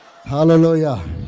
Hallelujah